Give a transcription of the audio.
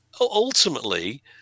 ultimately